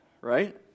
right